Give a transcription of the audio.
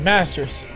Masters